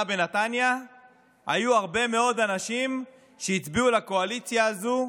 בנתניה היו הרבה מאוד אנשים שהצביעו לקואליציה הזאת,